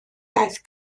iaith